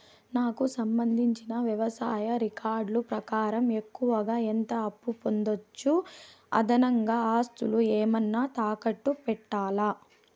నాకు సంబంధించిన వ్యవసాయ రికార్డులు ప్రకారం ఎక్కువగా ఎంత అప్పు పొందొచ్చు, అదనంగా ఆస్తులు ఏమన్నా తాకట్టు పెట్టాలా?